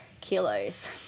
kilos